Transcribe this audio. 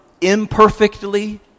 imperfectly